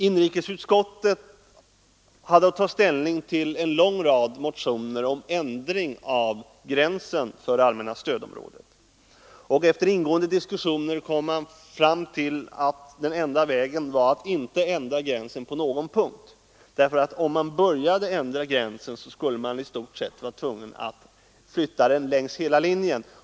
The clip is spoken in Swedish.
Inrikesutskottet har haft att ta ställning till en lång rad motioner om ändring av gränsen för allmänna stödområdet, och efter ingående diskussioner kom man fram till att den enda vägen var att inte ändra gränsen på någon punkt, ty började man ändra gränsen skulle man i stort sett vara tvungen att flytta den längs hela linjen.